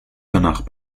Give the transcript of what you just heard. danach